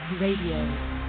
Radio